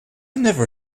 never